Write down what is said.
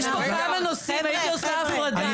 יש פה כמה נושאים והייתי עושה הפרדה.